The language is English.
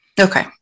Okay